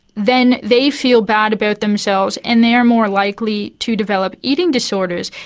then they feel bad about themselves and they are more likely to develop eating disorders.